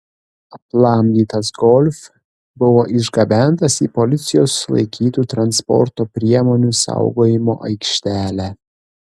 aplamdytas golf buvo išgabentas į policijos sulaikytų transporto priemonių saugojimo aikštelę